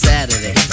Saturday